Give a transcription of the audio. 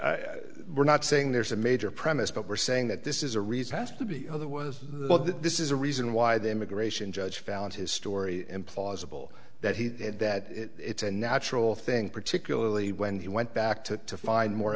well we're not saying there's a major premise but we're saying that this is a reason has to be other was that this is a reason why the immigration judge found his story implausible that he had that it's a natural thing particularly when he went back to find more